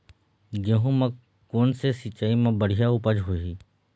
गेहूं म कोन से सिचाई म बड़िया उपज हर होही?